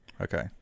okay